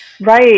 right